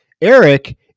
Eric